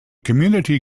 community